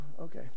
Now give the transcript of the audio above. Okay